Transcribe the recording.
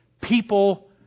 people